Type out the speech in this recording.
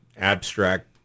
abstract